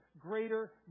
greater